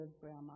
Grandma